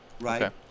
right